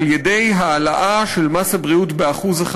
על-ידי העלאה של מס הבריאות ב-1%,